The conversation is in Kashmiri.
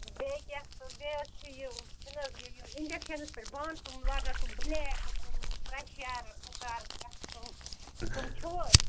بیٚیہِ کیٛاہ بیٚیہِ حظ چھِ یہِ چھُنہٕ حظ یہِ اِنڈَکشَنَس پٮ۪ٹھ بانہٕ تِم لاگان تِم بٕلیک پرٛٮشَر کُکَر کیٛاہ تِم تِم چھِو حظ